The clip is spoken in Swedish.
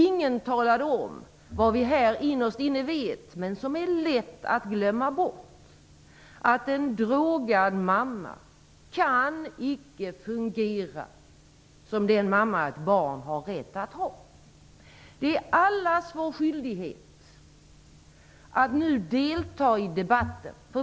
Ingen talade om vad vi innerst inne vet, men som är lätt att glömma bort, att en drogad mamma icke kan fungera som den mamma ett barn har rätt att ha. Det är allas vår skyldighet att nu delta i debatten.